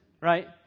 right